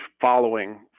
following